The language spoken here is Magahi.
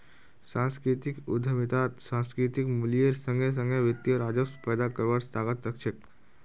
सांस्कृतिक उद्यमितात सांस्कृतिक मूल्येर संगे संगे वित्तीय राजस्व पैदा करवार ताकत रख छे